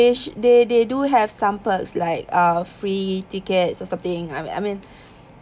they they they do have some perks like uh free tickets or something I I mean